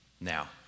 Now